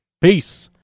peace